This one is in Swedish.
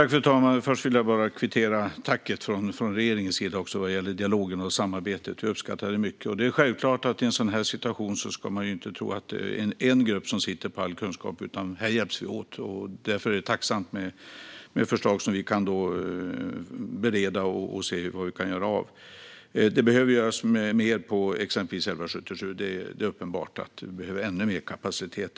Fru talman! Först vill jag kvittera tacket från regeringens sida vad gäller dialogen och samarbetet. Jag uppskattar det mycket. Det är självklart att i en sådan här situation ska man inte tro att en grupp sitter på all kunskap, utan här hjälps vi åt. Därför är det tacksamt med förslag som vi kan bereda och se vad vi kan göra av. Det behöver göras mer för 1177. Det är uppenbart att där behövs ännu mer kapacitet.